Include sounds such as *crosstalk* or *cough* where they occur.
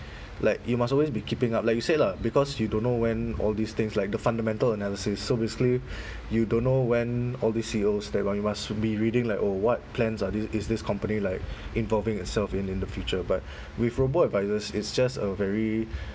like you must always be keeping up like you said lah because you don't know when all these things like the fundamental analysis so basically *breath* you don't know where all these C_E_Os stand but you must be reading like oh what plans are this is this company like involving itself in in the future but *breath* with robo advisors it's just a very